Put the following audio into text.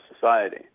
society